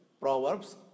Proverbs